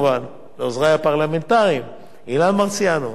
וכמובן, לעוזרי הפרלמנטריים אילן מרסיאנו